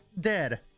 Dead